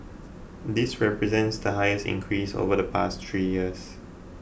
this represents the highest increase over the past three years